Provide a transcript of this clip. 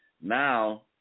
now